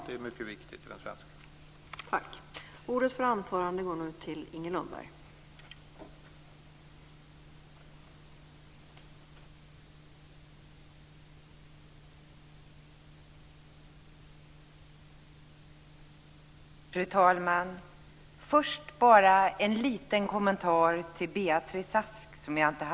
Det är mycket viktigt i den svenska skolan.